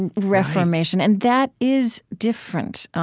and reformation. and that is different.